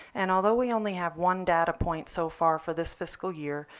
and although we only have one data point so far for this fiscal year,